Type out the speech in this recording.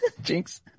Jinx